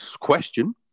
question